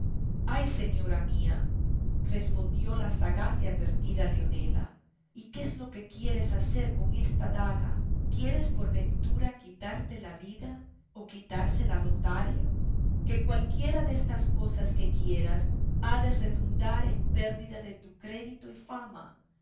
ay señora mía respondió la sagaz y advertida leonela y qué es lo que quieres hacer con esta daga quieres por ventura quitarte la vida o quitársela a lotario que cualquiera destas cosas que quieras ha de redundar en pérdida de tu crédito y fama